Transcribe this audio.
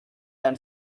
and